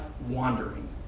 wandering